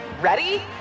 Ready